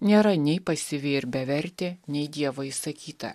nėra nei pasyvi ir bevertė nei dievo įsakyta